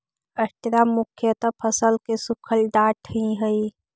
straw मुख्यतः फसल के सूखल डांठ ही हई